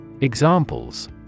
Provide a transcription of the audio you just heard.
Examples